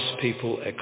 people